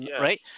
right